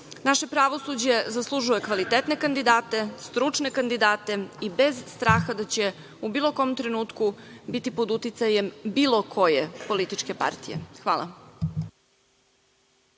pravosuđe zaslužuje kvalitetne kandidate, stručne kandidate i bez straha da će u bilo kom trenutku biti pod uticajem bilo koje političke partije. Hvala.